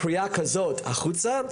קריאה כזאת החוצה,